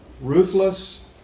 Ruthless